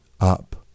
up